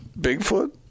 Bigfoot